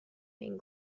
and